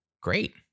great